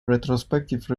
retrospective